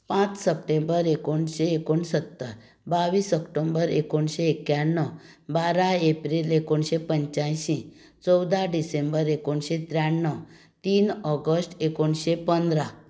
पांच सप्टेंबर एकुणशें एकुणसत्तर बावीस ऑक्टोबर एकुणशें एक्याण्णव बारा एप्रील एकुणशे पंचायंशी चौदा डिसेंबर एकुणशें त्र्याणव तीन ऑगस्ट एकुणशें पंदरा